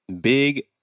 Big